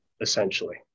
essentially